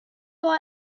why